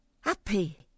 Happy